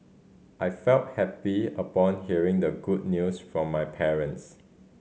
I felt happy upon hearing the good news from my parents